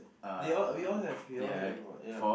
they all have we all have we all have [what] ya